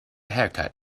haircut